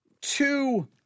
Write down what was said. two